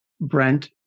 Brent